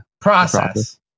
Process